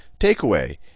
takeaway